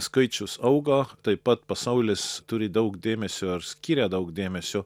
skaičius auga taip pat pasaulis turi daug dėmesioar skiria daug dėmesio